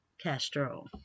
Castro